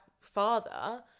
father